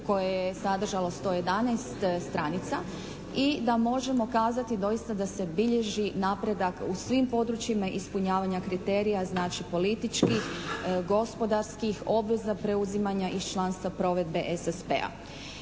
koje je sadržalo 111 stranica. I da možemo kazati doista da se bilježi napredak u svim područjima ispunjavanja kriterija znači političkih, gospodarskih, obveza preuzimanja iz članstva provedbe SSP-a.